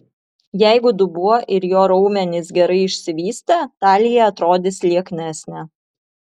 jeigu dubuo ir jo raumenys gerai išsivystę talija atrodys lieknesnė